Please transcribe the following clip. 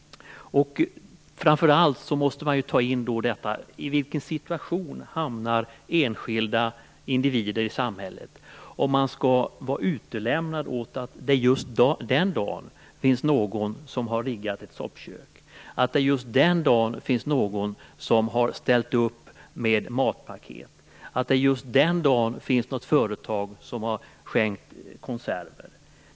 Framför allt måste man fråga sig: I vilken situation hamnar enskilda individer i samhället om de skall vara utlämnade åt att det just den dag då de behöver hjälp finns någon som har riggat ett soppkök, att det just den dagen finns någon som har ställt upp med matpaket, att det just den dagen finns ett företag som har skänkt konserver?